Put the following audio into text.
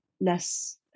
less